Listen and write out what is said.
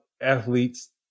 athletes